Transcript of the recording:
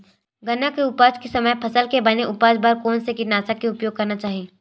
गन्ना के उपज के समय फसल के बने उपज बर कोन से कीटनाशक के उपयोग करना चाहि?